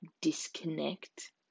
disconnect